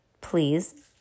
please